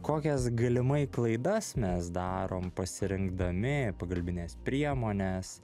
kokias galimai klaidas mes darom pasirinkdami pagalbines priemones